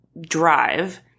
drive